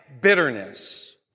bitterness